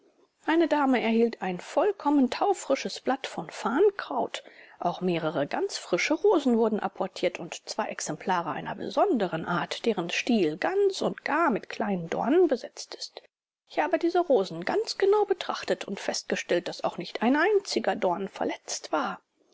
eine dame erhielt ein vollkommen taufrisches blatt von farrnkraut auch mehrere ganz frische rosen wurden apportiert und zwar exemplare einer besonderen art deren stil ganz und gar mit kleinen dornen besetzt ist ich habe diese rosen ganz genau betrachtet und festgestellt daß auch nicht ein einziger dorn verletzt war